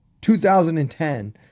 2010